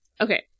Okay